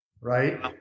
right